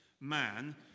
man